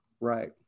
Right